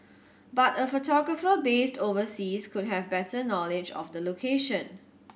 but a photographer based overseas could have better knowledge of the location